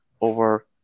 over